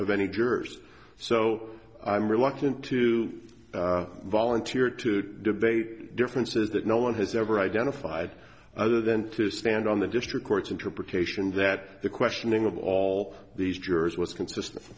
of any jurors so i'm reluctant to volunteer to debate differences that no one has ever identified other than to stand on the district court's interpretation that the questioning of all these jurors was consistent